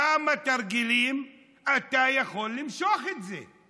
כמה תרגילים אתה יכול למשוך את זה?